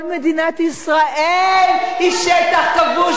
כל מדינת ישראל היא שטח כבוש,